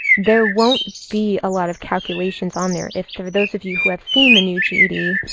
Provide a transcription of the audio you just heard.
there won't be a lot of calculations on there. if there are those of you who have seen the new ged,